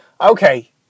Okay